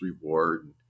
reward